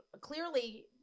clearly